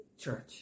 Church